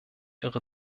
irre